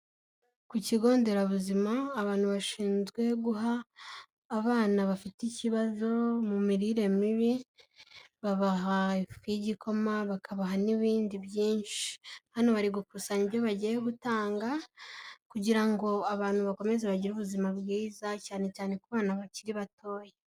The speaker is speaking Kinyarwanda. Ku kigo nderabuzima abantu bashinzwe guha abana bafite ikibazo mu mirire mibi babaha ifu y'igikoma bakabaha n'ibindi byinshi, hano bari gukusanya ibyo bagiye gutanga kugira ngo abantu bakomeze bagire ubuzima bwiza cyane cyane ku bana bakiri batoya.